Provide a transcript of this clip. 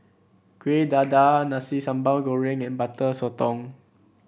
Kueh Dadar Nasi Sambal Goreng and Butter Sotong